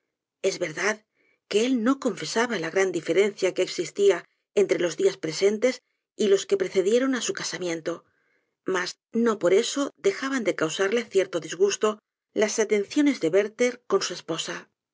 es verdad que él no confesaba la gran diferencia que existía entre los días presentes y los que precedieron á su casamiento mas no por eso dejaban de causarle cierto disgusto las atenciones de werther con su esposa